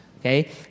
Okay